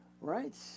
right